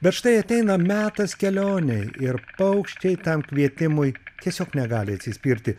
bet štai ateina metas kelionei ir paukščiai tam kvietimui tiesiog negali atsispirti